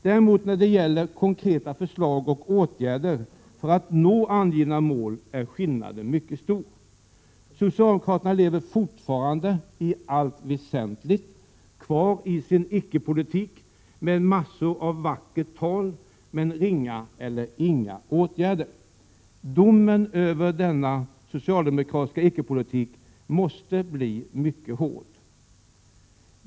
När det däremot gäller konkreta förslag och åtgärder för att nå angivna mål är skillnaden mycket stor. Socialdemokraterna lever fortfarande i allt väsentligt kvar i sin icke-politik med massor av vackert tal men ringa eller inga åtgärder. Domen över denna socialdemokratiska icke-politik måste bli mycket hård.